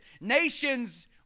nations